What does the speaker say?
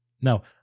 Now